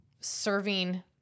serving